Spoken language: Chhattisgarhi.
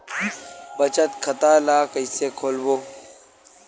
बचत खता ल कइसे खोलबों?